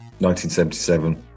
1977